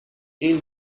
این